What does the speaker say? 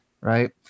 Right